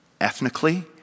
Ethnically